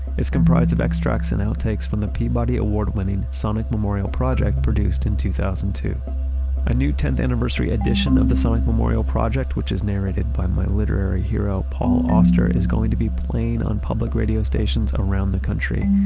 it's comprised of extracts and outtakes from the peabody award-winning sonic memorial project produced in two thousand and a new ten anniversary edition of the sonic memorial project, which is narrated by my literary hero paul auster, is going to be playing on public radio stations around the country,